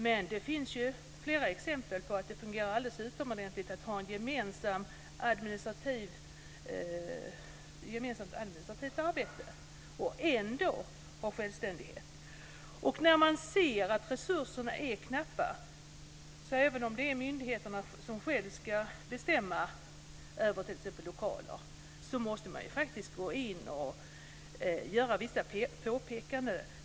Men det finns flera exempel på att det fungerar alldeles utomordentligt att ha en gemensam administration och ändå behålla sin självständighet. När resurserna är knappa och det är myndigheterna själva som ska bestämma över lokalerna måste man gå in och göra vissa påpekanden.